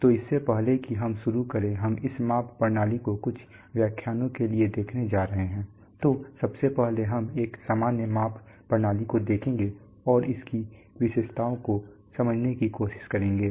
तो इससे पहले कि हम शुरू करें हम इस माप प्रणाली को कुछ व्याख्यानों के लिए देखने जा रहे हैं तो सबसे पहले हम एक सामान्य माप प्रणाली को देखेंगे और इसकी विशेषताओं को समझने की कोशिश करेंगे